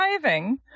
driving